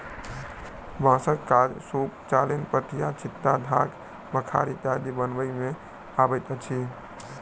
बाँसक काज सूप, चालैन, पथिया, छिट्टा, ढाक, बखार इत्यादि बनबय मे अबैत अछि